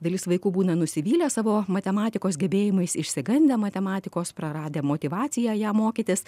dalis vaikų būna nusivylę savo matematikos gebėjimai išsigandę matematikos praradę motyvaciją ją mokytis